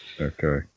Okay